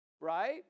Right